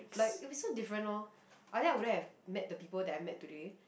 like it would be so different lor I think I wouldn't have met the people I met today